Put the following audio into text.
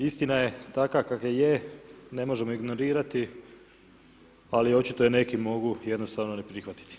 Istina je takva kakva je, ne možemo ignorirati ali očito je neki mogu jednostavno ne prihvatiti.